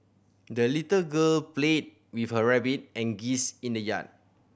the little girl played with her rabbit and geese in the yard